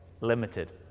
limited